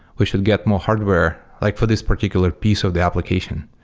we should get more hardware, like for this particular piece of the application.